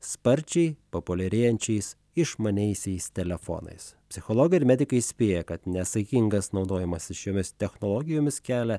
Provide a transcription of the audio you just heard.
sparčiai populiarėjančiais išmaniaisiais telefonais psichologai ir medikai įspėja kad nesaikingas naudojimasis šiomis technologijomis kelia